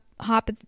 Hop